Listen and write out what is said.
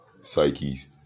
psyches